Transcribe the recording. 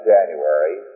January